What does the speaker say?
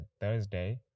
thursday